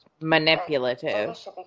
manipulative